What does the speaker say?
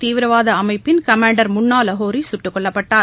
தீவிரவாத அமைப்பின் கமாண்டர் முன்னா லகோரி கட்டுக் கொல்லப்பட்டார்